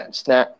snap